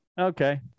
okay